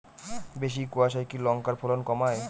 বেশি কোয়াশায় কি লঙ্কার ফলন কমায়?